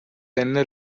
enne